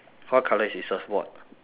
what colour is his surfboard